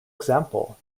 example